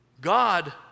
God